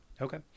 okay